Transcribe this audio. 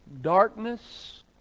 darkness